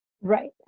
Right